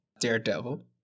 Daredevil